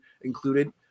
included